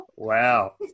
Wow